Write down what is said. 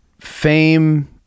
fame